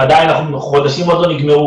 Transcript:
החודשים עוד לא נגמרו,